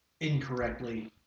incorrectly